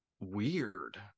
weird